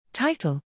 Title